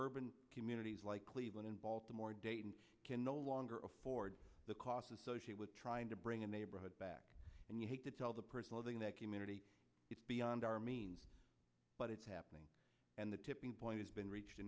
urban communities like cleveland in baltimore dayton can no longer afford the costs associated with trying to bring a neighborhood back and you hate to tell the person living that community is beyond our means but it's happening and the tipping point has been reached